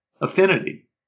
affinity